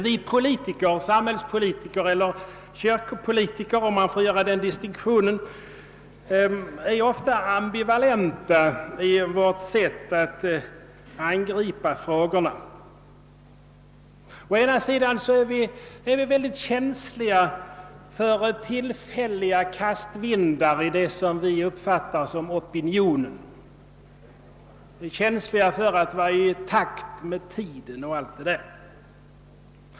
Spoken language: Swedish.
Vi politiker, samhällspolitiker eller kyrkpolitiker — och jag får göra den distinktionen —, är ofta ambivalenta i vårt sätt att angripa frågorna. Å ena sidan är vi oerhört känsliga för tillfälliga kastvindar i det som vi uppfattar som opinionen, angelägna att vara i takt med tiden.